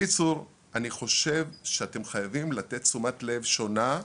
אני חושב שאתם חייבים לתת תשומת לב שונה.